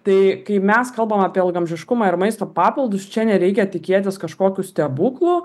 tai kai mes kalbam apie ilgaamžiškumą ir maisto papildus čia nereikia tikėtis kažkokių stebuklų